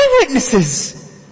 Eyewitnesses